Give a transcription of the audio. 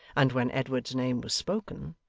and when edward's name was spoken,